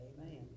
Amen